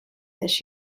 this